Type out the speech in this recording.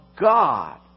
God